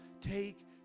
take